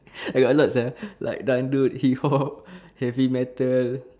eh a lot sia like dollop hip hop heavy metal